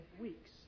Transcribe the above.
weeks